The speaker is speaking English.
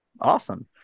Awesome